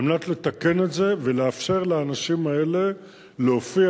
על מנת לתקן את זה ולאפשר לאנשים האלה להופיע